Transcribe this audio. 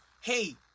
hey